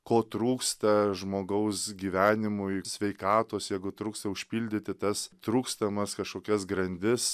ko trūksta žmogaus gyvenimui sveikatos jeigu trūksta užpildyti tas trūkstamas kašokias grandis